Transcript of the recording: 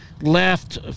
left